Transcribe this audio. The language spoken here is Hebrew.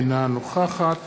אינה נוכחת